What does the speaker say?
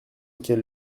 auquel